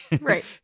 Right